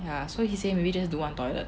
ya so he say maybe just do one toilet